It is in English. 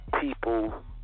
people